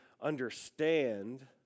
understand